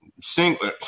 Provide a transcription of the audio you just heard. Single